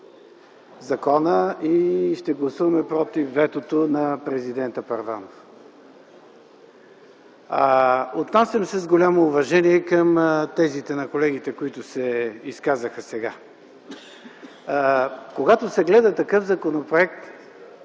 закона и ще гласуваме против ветото на президента Първанов. Отнасям се с голямо уважение към тезите на колегите, които се изказаха сега. Когато се гледа такъв законопроект,